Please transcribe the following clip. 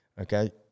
okay